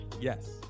Yes